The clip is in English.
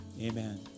Amen